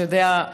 אתה יודע,